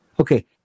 Okay